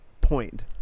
point